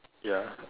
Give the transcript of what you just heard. ya